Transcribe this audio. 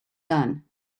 done